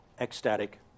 ecstatic